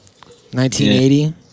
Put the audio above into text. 1980